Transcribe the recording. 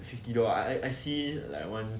fifty doll~ I see it like one